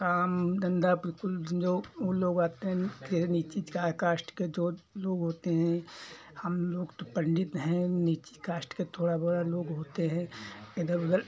अब काम धंधा बिल्कुल जीरो ऊ लोग आते हैं कि अगर नीची का कास्ट के जो लोग होते हैं हम लोग तो पंडित हैं नीची कास्ट के थोड़ा मोड़ा लोग होते हैं इधर उधर